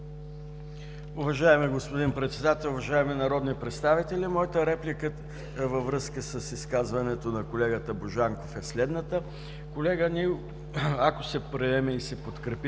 Уважаеми господин Председател, уважаеми народни представители! Моята реплика във връзка с изказването на колегата Божанков